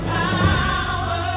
power